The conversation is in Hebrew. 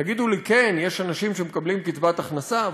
תגידו לי: כן, יש אנשים שמקבלים קצבת הכנסה.